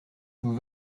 vous